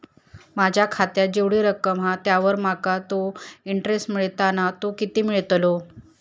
माझ्या खात्यात जेवढी रक्कम हा त्यावर माका तो इंटरेस्ट मिळता ना तो किती मिळतलो?